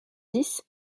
dix